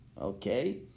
Okay